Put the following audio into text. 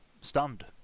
stunned